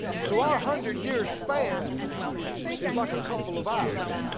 so our hundred year span is like a couple of hours